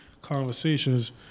conversations